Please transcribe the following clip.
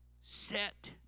set